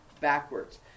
backwards